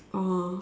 oh